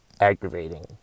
aggravating